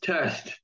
Test